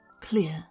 clear